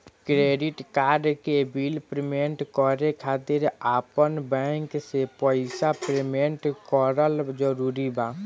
Credit card के bill payment करे खातिर आपन बैंक से पईसा पेमेंट करल जरूरी बा?